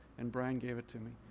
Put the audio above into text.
and brian gave it to me.